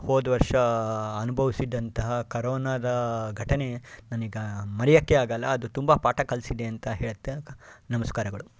ಹೋದ ವರ್ಷ ಅನುಭವಿಸಿದಂತಹ ಕರೋನಾದ ಘಟನೆ ನನಗೆ ಮರೆಯೋಕ್ಕೆ ಆಗಲ್ಲ ಅದು ತುಂಬ ಪಾಠ ಕಲಿಸಿದೆ ಅಂತ ಹೇಳುತ್ತಾ ನಮಸ್ಕಾರಗಳು